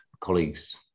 colleagues